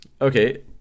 Okay